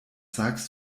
sagst